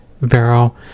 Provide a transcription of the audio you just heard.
Vero